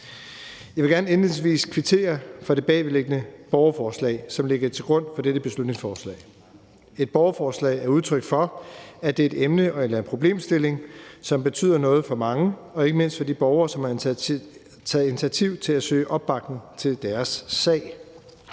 Jeg vil gerne indledningsvis kvittere for det bagvedliggende borgerforslag, som ligger til grund for dette beslutningsforslag. Et borgerforslag er udtryk for, at det er et emne eller en problemstilling, som betyder noget for mange og ikke mindst for de borgere, som har taget initiativ til at søge opbakning til deres sag.